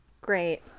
great